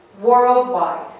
worldwide